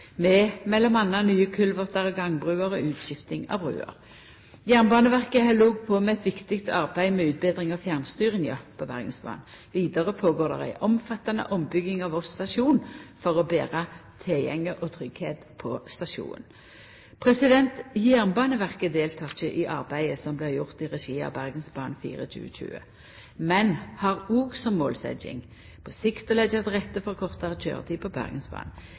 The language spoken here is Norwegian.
Jernbaneverket held òg på med eit viktig arbeid med utbetring av fjernstyringa på Bergensbanen. Vidare skjer det ei omfattande ombygging av Voss stasjon for å betra tilgjenge og tryggleik på stasjonen. Jernbaneverket deltek ikkje i arbeidet som blir gjort i regi av «Bergensbanen 4-2020», men har òg som målsetjing på sikt å leggja til rette for kortare køyretid på Bergensbanen.